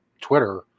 Twitter